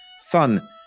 son